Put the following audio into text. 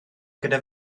gyda